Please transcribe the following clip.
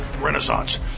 renaissance